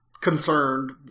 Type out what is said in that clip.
concerned